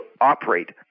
operate